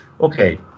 Okay